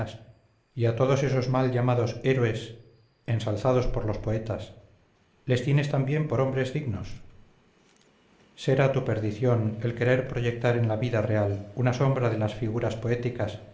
a todos esos mal llamados héroes ensalzados por los poetas les tienes también por hombres dignos será tu perdición el querer proyectar en la vida real una sombra de las figuras poéticas